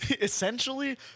essentially